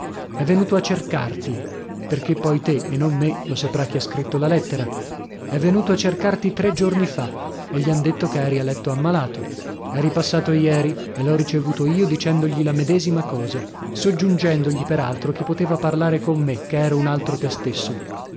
è venuto a cercarti perchè poi te e non me lo saprà chi ha scritto la lettera è venuto a cercarti tre giorni fa e gli han detto che eri a letto ammalato è ripassato ieri e l'ho ricevuto io dicendogli la medesima cosa soggiungendogli per altro che poteva parlare con me che ero un altro te stesso